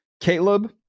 Caleb